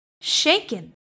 shaken